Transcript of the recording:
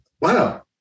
wow